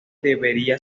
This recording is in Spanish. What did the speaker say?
debería